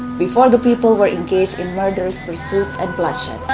before, the people were engaged in murderous pursuits and bloodshed.